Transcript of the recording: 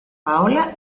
paola